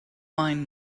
wine